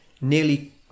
nearly